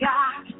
God